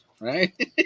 right